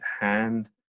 hand